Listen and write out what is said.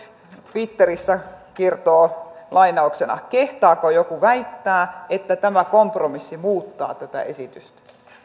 twitterissä kertoo kehtaako joku väittää että tämä kompromissi muuttaa tätä esitystä